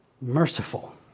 merciful